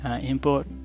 import